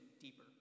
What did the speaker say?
deeper